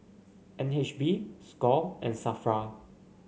N H B Score and Safra